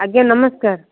ଆଜ୍ଞା ନମସ୍କାର